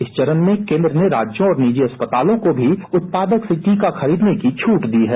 इस चरण में केन्द्र ने राज्यों और निजी अस्पतालों को भी उत्पादक से टीका खरीदने का भी छूट दी है